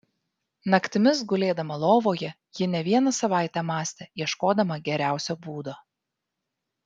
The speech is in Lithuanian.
naktimis gulėdama lovoje ji ne vieną savaitę mąstė ieškodama geriausio būdo